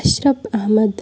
Ashraf Ahmad